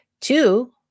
Two